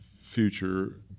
future